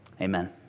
Amen